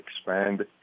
expand